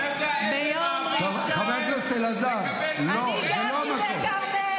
אתה יודע איזה מאבק יש להם כדי לקבל רבע ממה שהיא,